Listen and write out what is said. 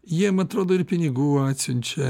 jiem atrodo ir pinigų atsiunčia